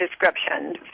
description